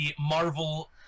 Marvel